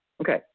okay